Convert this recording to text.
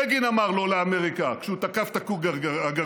בגין אמר לא לאמריקה כשהוא תקף את הכור הגרעיני.